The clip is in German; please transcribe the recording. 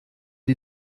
die